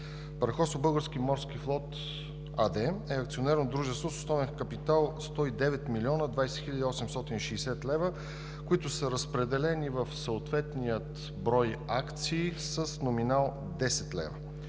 „Параходство Български морски флот“ АД е акционерно дружество с основен капитал от 109 млн. 20 хил. 860 лв., които са разпределени в съответния брой акции с номинал 10 лв.